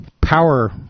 power